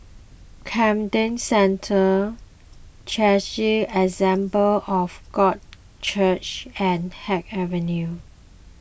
Camden Centre Charis Assemble of God Church and Haig Avenue